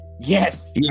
Yes